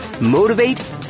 motivate